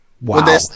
Wow